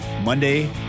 Monday